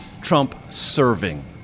Trump-serving